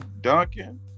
Duncan